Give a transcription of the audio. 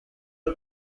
are